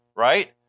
Right